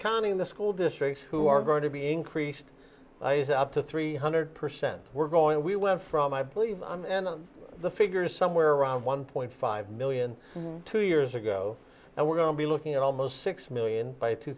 counting the school districts who are going to be increased up to three hundred percent we're growing we went from i believe on end of the figures somewhere around one point five million two years ago now we're going to be looking at almost six million by two